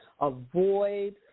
avoid